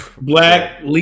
Black